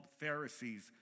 Pharisees